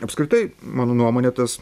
apskritai mano nuomone tas